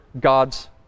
God's